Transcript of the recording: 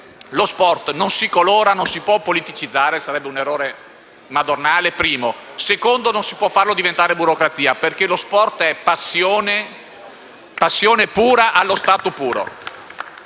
Lo sport non si colora e non si può politicizzare, perché sarebbe un errore madornale, ma neanche si può farlo diventare burocrazia, perché lo sport è passione pura allo stato puro.